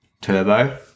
Turbo